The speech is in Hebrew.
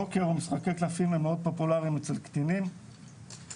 פוקר או משחקי קלפים מאוד פופולריים אצל קטינים ואחת